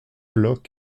blocs